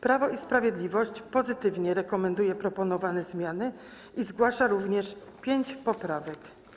Prawo i Sprawiedliwość pozytywnie rekomenduje proponowane zmiany i zgłasza również pięć poprawek.